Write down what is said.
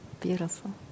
Beautiful